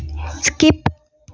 skip